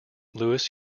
louis